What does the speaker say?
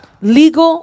Legal